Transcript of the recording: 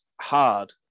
hard